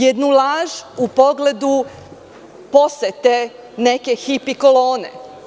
Jednu laž u pogledu posete neke hipi kolone.